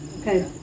Okay